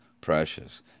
precious